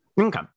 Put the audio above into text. Okay